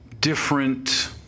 different